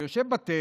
הוא יושב בטל,